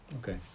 Okay